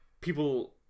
people